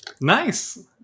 nice